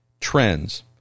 trends